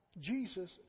Jesus